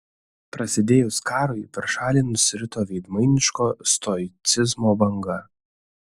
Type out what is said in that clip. prasidėjus karui per šalį nusirito veidmainiško stoicizmo banga